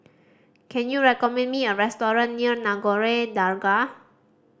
can you recommend me a restaurant near Nagore Dargah